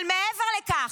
אבל מעבר לכך,